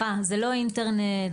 זה לא אינטרנט.